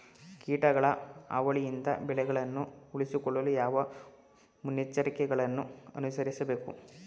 ಕೀಟಗಳ ಹಾವಳಿಯಿಂದ ಬೆಳೆಗಳನ್ನು ಉಳಿಸಿಕೊಳ್ಳಲು ಯಾವ ಮುನ್ನೆಚ್ಚರಿಕೆಗಳನ್ನು ಅನುಸರಿಸಬೇಕು?